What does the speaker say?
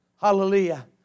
Hallelujah